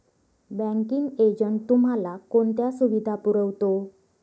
Banking agent तुम्हाला कोणत्या सुविधा पुरवतो?